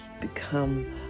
become